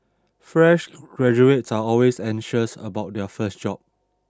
fresh graduates are always anxious about their first job